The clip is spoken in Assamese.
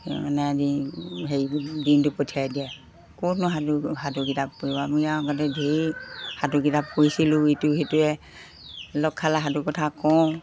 মানে আজি হেৰি দিনটো পঠিয়াই দিয়ে ক'তনো সাদু সাধুকিতাপ পঢ়িব আমি আৰু আগতে ঢেৰ সাধুকিতাপ পঢ়িছিলোঁ ইটো সিটোৱে লগ খালে সাধু কথা কওঁ